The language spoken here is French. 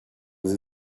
des